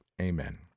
Amen